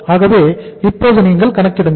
ஆகவே இப்போது நீங்கள் கணக்கிடுங்கள்